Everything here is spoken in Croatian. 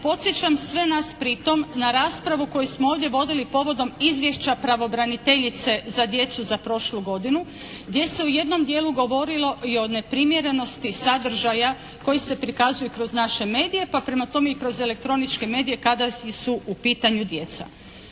podsjećam sve nas pritom na raspravu koju smo ovdje vodili povodom Izvješća pravobraniteljice za djecu za prošlu godinu gdje se u jednom dijelu govorilo i o neprimjerenosti sadržaja koji se prikazuju kroz naše medije, pa prema tome i kroz elektroničke medije kada su u pitanju djeca.